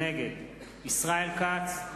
נגד ישראל כץ,